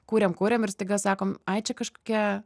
kūrėm kūrėm ir staiga sakom ai čia kažkokia